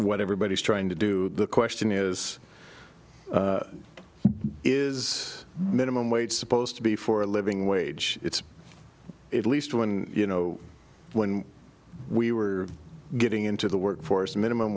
what everybody's trying to do the question is is minimum wage supposed to be for a living wage at least when you know when we were getting into the workforce a minimum